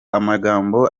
amajambo